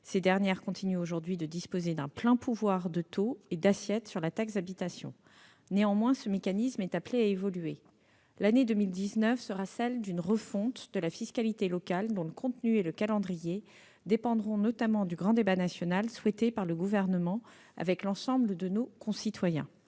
ces dernières continuent aujourd'hui de disposer d'un plein pouvoir de taux et d'assiette sur la taxe d'habitation. Néanmoins, le mécanisme est amené à évoluer. L'année 2019 sera celle d'une refonte de la fiscalité locale, dont le contenu et le calendrier dépendront notamment du grand débat national, souhaité par le Gouvernement, avec l'ensemble de nos concitoyens.